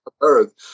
Earth